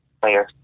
player